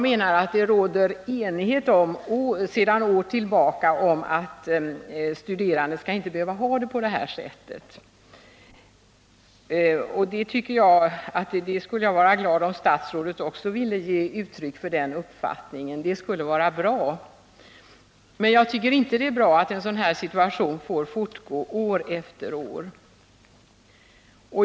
Det råder sedan år tillbaka enighet om att studerande inte skall behöva ha sådana förhållanden som de som det här gäller, och jag skulle vara glad om också statsrådet ville ge uttryck för den uppfattningeri. Men det är inte bra att en sådan situation som denna får kvarstå år efter år.